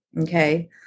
Okay